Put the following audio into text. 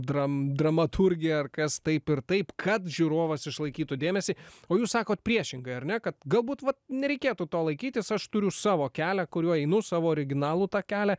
dram dramaturgija ar kas taip ir taip kad žiūrovas išlaikytų dėmesį o jūs sakot priešingai ar ne kad galbūt vat nereikėtų to laikytis aš turiu savo kelią kuriuo einu savo originalų tą kelią